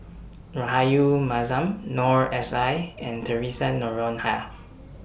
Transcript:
Rahayu Mahzam Noor S I and Theresa Noronha